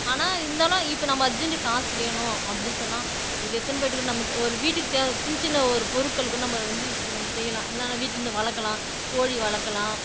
ஆனால் இருந்தாலும் இப்போ நம்ம அர்ஜெண்டுக்கு காசு வேணும் அப்படின்னு சொன்னால் இது எடுத்துன்னு போயிட்டு கூட நம்ம ச ஒரு வீட்டுக்கு தேவை சின்ன சின்ன ஒரு பொருட்கள் கூட நம்ம வந்து செ செய்யலாம் என்னென்னா வீட்லேருந்து வளர்க்கலாம் கோழி வளர்க்கலாம்